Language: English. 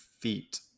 feet